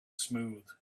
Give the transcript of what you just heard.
smooth